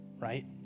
right